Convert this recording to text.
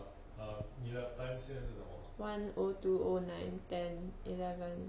one O two O nine ten eleven